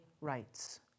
rights